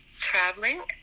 traveling